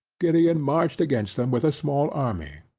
gideon marched against them with a small army,